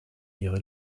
ihre